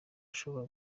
ashobora